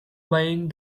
buying